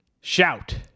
Shout